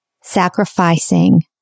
sacrificing